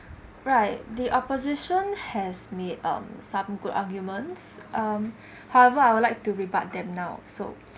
right the opposition has made um some good arguments um however I would like to rebut them now so